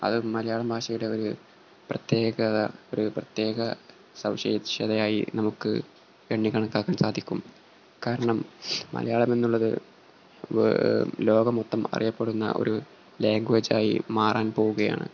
അത് മലയാളം ഭാഷയുടെ ഒരു പ്രത്യേകത ഒരു പ്രത്യേക സവിശേഷതയായി നമുക്ക് എണ്ണി കണക്കാക്കാൻ സാധിക്കും കാരണം മലയാളം എന്നുള്ളത് ലോകം മൊത്തം അറിയപ്പെടുന്ന ഒരു ലാംഗ്വേജായി മാറാൻ പോകുകയാണ്